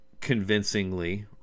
convincingly